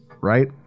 Right